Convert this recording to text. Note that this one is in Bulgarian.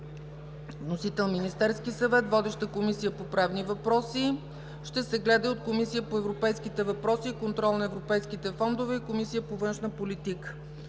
Вносител – Министерският съвет. Водеща е Комисията по правни въпроси. Ще се гледа и от Комисията по европейските въпроси и контрол на европейските фондове и Комисията по външна политика.